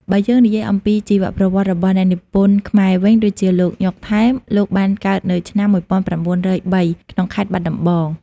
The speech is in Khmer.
បើយើងនិយាយអំពីជីវប្រវត្តិរបស់អ្នកនិពន្ធខ្មែរវិញ ដូចជា លោក ញ៉ុក ថែម លោកបានកើតនៅឆ្នាំ ១៩០៣ ក្នុងខេត្តបាត់ដំបង។